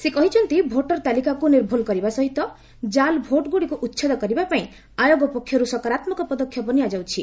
ସେ କହିଛନ୍ତି ଭୋଟର୍ ତାଲିକାକୁ ନିର୍ଭୁଲ୍ କରିବା ସହିତ ଜାଲ୍ ଭୋଟ୍ଗୁଡ଼ିକୁ ଉଚ୍ଛେଦ କରିବାପାଇଁ ଆୟୋଗ ପକ୍ଷରୁ ସକାରାତ୍ମକ ପଦକ୍ଷେପ ନିଆଯାଇଛି